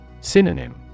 Synonym